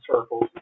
circles